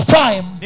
time